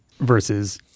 versus